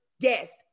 guest